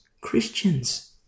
Christians